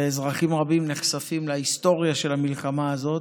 ואזרחים רבים נחשפים להיסטוריה של המלחמה הזאת.